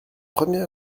premier